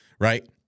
right